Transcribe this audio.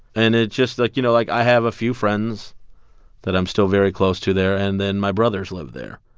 and it just like, you know, like, i have a few friends that i'm still very close to there, and then my brothers live there.